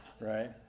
right